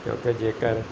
ਅਤੇ ਉੱਥੇ ਜੇਕਰ